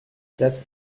quatre